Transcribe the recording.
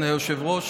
היושב-ראש,